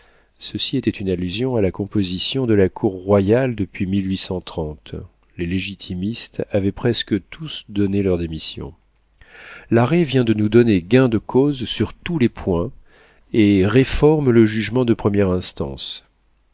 ceci était une allusion à la composition de la cour royale depuis les légitimistes avaient presque tous donné leur démission l'arrêt vient de nous donner gain de cause sur tous les points et réforme le jugement de première instance